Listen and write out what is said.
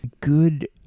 good